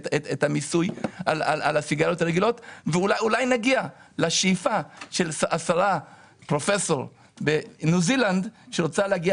המיסוי עליהן ואולי נגיע לשאיפה של פרופסור בניו זילנד שרוצה להגיע